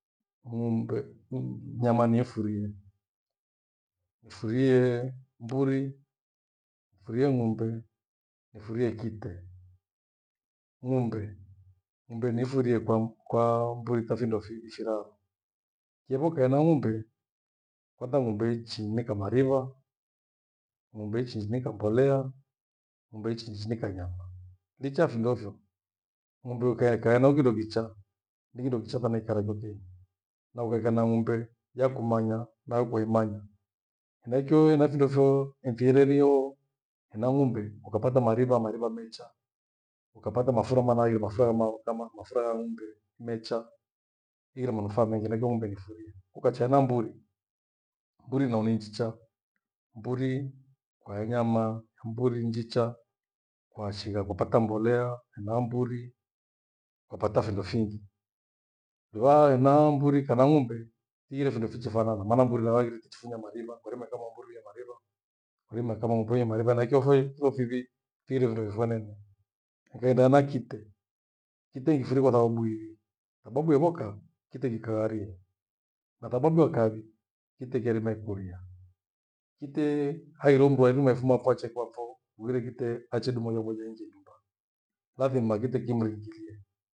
Ng'ombe ni mnyama ni mfurie, nifurie mburi, nifurie ng'ombe nifurie kite. Ng'ombe, ng'ombe nifurie kwa kwa mbuika findo fiwi firaru, kindo ukaa na ng'ombe kwanza ng'ombe uichi nika mathiwa ng'ombe, ichika mbolea, ng'ombe ichinika nyama. Icha findofo ng'ombe ukae kae nae kindo kicha ni kindo kicha thana ikarage iko kenyi. Na uhangaike na ng'ombe yakumanya na kuimanya neikioe na findosho nintererio ena ng'ombe ukapata mariva mariva mecha, ukapata mafura maanayio mafura mafura ya ng'ome mecha hingire manufaa mengi henaikio ng'ombe nimfurie. Ukacha hena mburi, mburi nayo ni njicha mburi wa nyama, mburi njicha kwaashigha kupata mbolea na mburi hupata findo findi. Vana mburi kana ng'ombe kighire vindo vichifanana maana mburi haaghire ichifunya mariva, mariva kama mburi ehe mariva kama ng'ombe ena mariva na hikyo ipho fivi fighire findo fifanene. Ngenda na kite, kite nikifirie kwasababu iwi sababu evoka kite kikaari na thababu ya kawi kite chairima ikuria. Kite haghire mndu arima ifumapho ache kwafo mghire kite achedumwanya mwenye aingie nyumba lazima kite kimwringilie